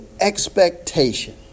expectation